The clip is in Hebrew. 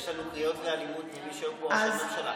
יש לנו קריאות לאלימות ממי שהיה פה ראש הממשלה.